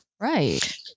Right